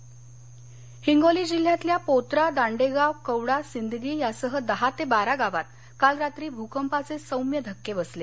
हिंगोली भकंप हिंगोली जिल्ह्यातल्या पोत्रा दांडेगाव कवडा सिंदगी यासह दहा ते बारा गावात काल रात्री भूकंपाचे सौम्य धक्के बसले